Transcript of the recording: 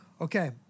Okay